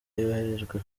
yoherejwe